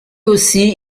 aussi